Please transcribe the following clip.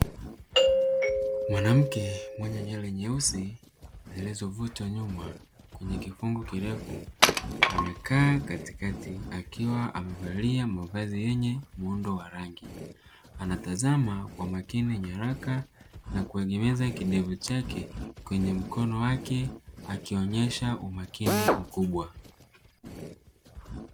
Mwanamke mwenye nywele nyeusi zilizovutwa nyuma kwenye kifungo kirefu, amekaa katikati akiwa amevalia mavazi yenye muundo wa rangi, anatazama kwa makini nyaraka na kuegemeza kidevu chake kwenye mkono wake akionesha umakini mkubwa.